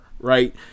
right